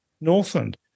Northland